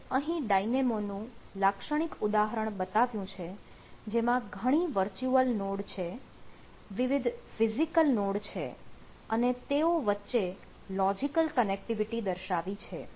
તો અહીં Dynamo નું લાક્ષણિક ઉદાહરણ બતાવ્યું છે જેમાં ઘણી વર્ચ્યુઅલ નોડ છે વિવિધ ફિઝિકલ નોડ છે અને તેઓ વચ્ચે લોજીકલ કનેક્ટિવિટી દર્શાવી છે